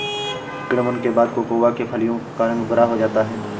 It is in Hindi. किण्वन के बाद कोकोआ के फलियों का रंग भुरा हो जाता है